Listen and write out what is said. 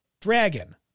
dragon